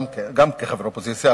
גם כחבר אופוזיציה,